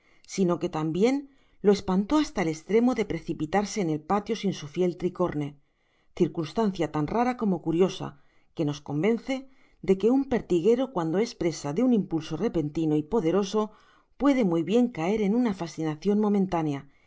si que tambien lo espantó hasta el estremo de precipitarse en el patio sin su fiel tricorne circunstancia tan rara como curiosa que nos convence de que un pertiguero cuando es presa de un impulso repentino y poderoso puede muy bien caer en una fascinacion momentánea